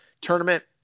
tournament